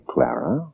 Clara